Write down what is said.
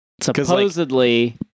Supposedly